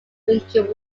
drinking